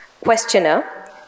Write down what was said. Questioner